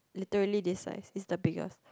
literally this size is the biggest